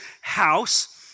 house